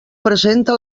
presenta